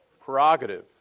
prerogative